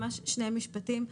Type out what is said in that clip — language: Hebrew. ממש שני משפטים.